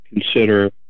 consider